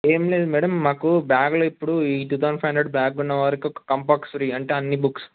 ఏం లేదు మ్యాడమ్ మాకు బ్యాగ్లో ఇప్పుడు ఈ two thousand five hundred bag ఉన్నవారికి ఒక కంబాక్స్ ఫ్రీ అంటే అన్ని బుక్స్